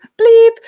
Bleep